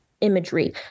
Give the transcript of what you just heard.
imagery